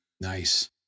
Nice